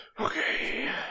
Okay